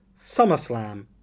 SummerSlam